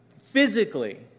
physically